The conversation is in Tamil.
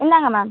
இந்தாங்க மேம்